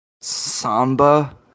Samba